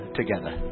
together